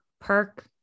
perk